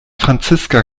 franziska